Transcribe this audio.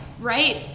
right